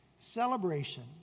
Celebration